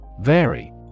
Vary